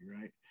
right